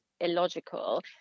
illogical